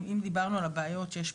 אם דיברנו על הבעיות שיש,